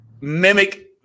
mimic